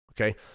Okay